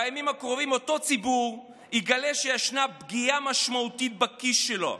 בימים הקרובים אותו ציבור יגלה שישנה פגיעה משמעותית בכיס שלו.